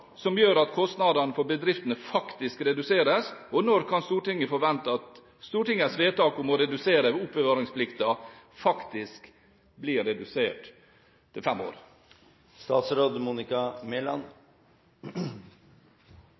som gjør at kostnadene for bedriftene reduseres? Når kan Stortinget forvente at Stortingets vedtak om å redusere oppbevaringsplikten til fem år blir iverksatt? Først til